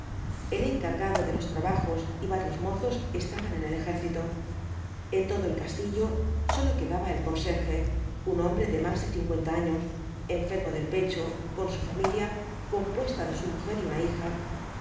el encargado de los trabajos y varios mozos estaban en el ejército en todo el castillo sólo quedaba el conserje un hombre de más de cincuenta años enfermo del pecho con su familia compuesta de su mujer y una bija